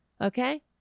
Okay